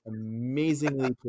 amazingly